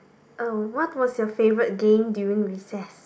uh what was your favourite game during recess